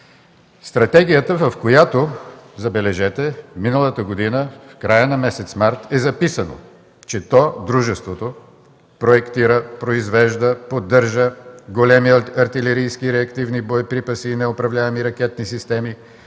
приватизация, в която, забележете, миналата година в края на месец март е записано, че дружеството проектира, произвежда, поддържа големи артилерийски реактивни боеприпаси и неуправляеми ракетни системи,